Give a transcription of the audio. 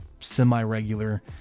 semi-regular